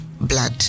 blood